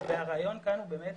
הרעיון כאן הוא באמת